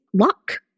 luck